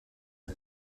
end